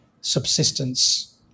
subsistence